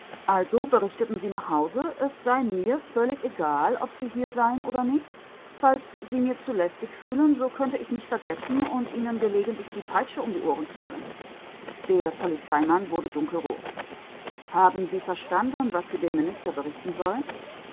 also berichten sie nach hause es sei mir völlig egal ob sie hier seien oder nicht falls sie mir zu lästig fielen so könnte ich mich vergessen und ihnen gelegentlich die peitsche um die ohren knallen der polizeimann wurde dunkelrot haben sie verstanden was sie dem minister berichten sollen